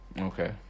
Okay